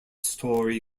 story